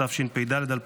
התשפ"ד 2024,